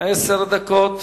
עשר דקות.